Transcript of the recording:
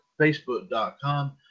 Facebook.com